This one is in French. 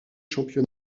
championnat